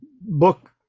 book